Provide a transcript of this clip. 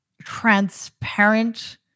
transparent